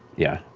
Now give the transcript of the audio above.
yeah.